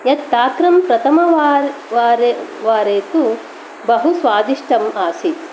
यद् तक्रं प्रथमवार वारे वारे तु बहु स्वादिष्ठं आसीत्